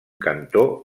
cantó